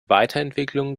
weiterentwicklung